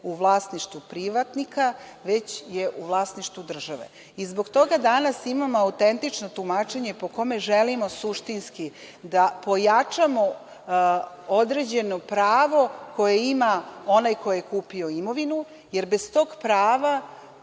u vlasništvu privatnika, već je u vlasništvu države. Zbog toga danas imamo autentično tumačenje po kome želimo suštinski da pojačamo određeno pravo koje ima onaj ko je kupio imovinu, jer bez tog prava